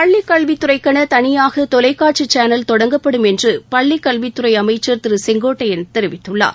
பள்ளிக்கல்வித்துறைக்கென தனியாக தொலைக்காட்சி சேனல் தொடங்கப்படும் என்று பள்ளிக்கல்வித்துறை அமைச்சர் திரு கெங்கோட்டையன் தெரிவித்துள்ளார்